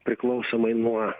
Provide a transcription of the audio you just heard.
priklausomai nuo